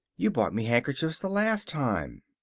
you brought me handkerchiefs the last time.